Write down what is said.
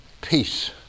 Peace